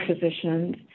physicians